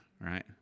right